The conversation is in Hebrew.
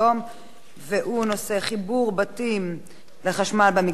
חיבור בתים לחשמל במגזר הדרוזי,